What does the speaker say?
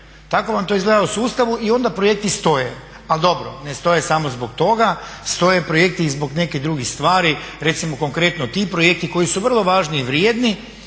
tako vam to izgleda u sustavu i onda projekti stoje. Ali dobro, ne stoje samo zbog toga, stoje projekti i zbog nekih drugih stvari. Recimo konkretno ti projekti koji su vrlo važni i vrijedni